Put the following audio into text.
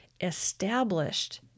established